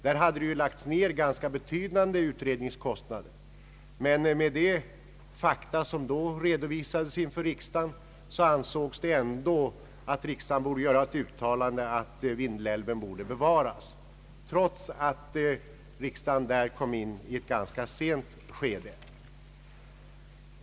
Där hade man ju lagt ned ganska betydande utredningskostnader, men på grundval av de fakta som då redovisats inför riksdagen ansågs det ändå att riksdagen borde uttala att Vindelälven skulle bevaras, trots att riksdagen kom in i ett ganska sent skede.